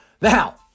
Now